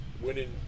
Winning